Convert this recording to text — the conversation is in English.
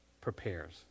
prepares